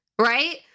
right